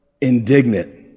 indignant